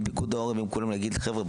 ועם פיקוד העורף ועם כולם להגיד: חבר'ה,